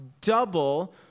double